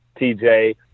TJ